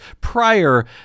prior